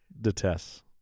detests